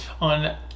on